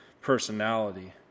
personality